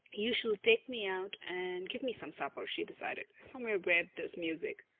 you shall take me out and give me some supper, she decided, somewhere where there's music.